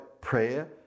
prayer